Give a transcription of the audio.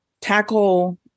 tackle